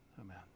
Amen